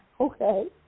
Okay